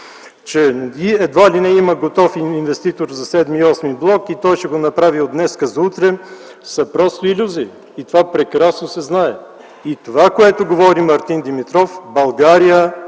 че едва ли не има готов инвеститор за седми и осми блок и той ще го направи от днес за утре, са просто илюзии и това прекрасно се знае. Това, което говори Мартин Димитров – България